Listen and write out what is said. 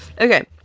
okay